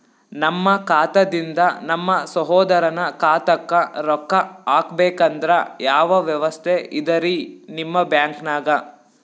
ನಮ್ಮ ಖಾತಾದಿಂದ ನಮ್ಮ ಸಹೋದರನ ಖಾತಾಕ್ಕಾ ರೊಕ್ಕಾ ಹಾಕ್ಬೇಕಂದ್ರ ಯಾವ ವ್ಯವಸ್ಥೆ ಇದರೀ ನಿಮ್ಮ ಬ್ಯಾಂಕ್ನಾಗ?